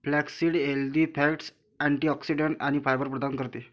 flaxseed healthy fats, antioxidants आणि fibre प्रदान करते